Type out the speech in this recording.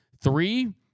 three